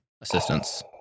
assistance